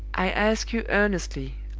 i ask you earnestly,